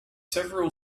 several